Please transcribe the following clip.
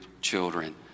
children